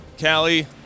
Callie